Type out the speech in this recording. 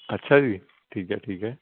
ਅੱਛਾ ਜੀ ਠੀਕ ਹੈ ਠੀਕ ਹੈ